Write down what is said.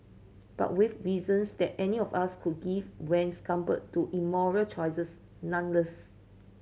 but with reasons that any of us could give when succumbed to immoral choices nonetheless